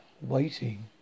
waiting